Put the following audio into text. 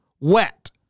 wet